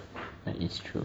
that is true